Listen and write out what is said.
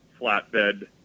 flatbed